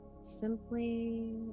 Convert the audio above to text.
Simply